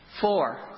Four